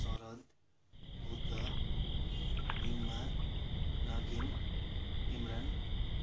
सरद बुद्ध मिङ्मा नगेन इम्रान